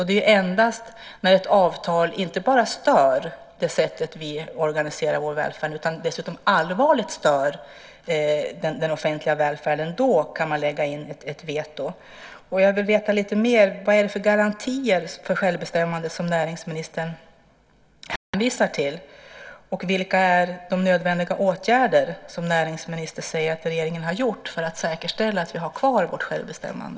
Det är endast när ett avtal inte bara stör det sätt vi organiserar vår välfärd utan dessutom allvarligt stör den offentliga välfärden som det går att lägga in ett veto. Vad är det för garantier för självbestämmande som näringsministern hänvisar till? Vilka är de nödvändiga åtgärder som näringsministern säger att regeringen har vidtagit för att säkerställa att vi har kvar vårt självbestämmande?